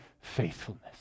faithfulness